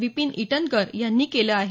विपीन इटनकर यांनी केलं आहे